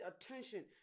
attention